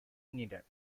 needed